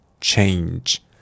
change